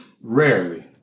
rarely